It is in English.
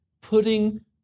putting